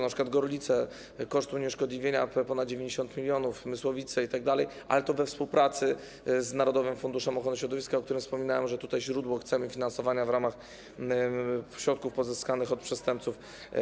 Na przykład Gorlice, koszt unieszkodliwienia to ponad 90 mln, Mysłowice itd., ale to już we współpracy z narodowym funduszem ochrony środowiska, o którym wspominałem, bo tutaj chcemy przekazać źródło finansowania w ramach środków pozyskanych od przestępców.